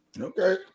Okay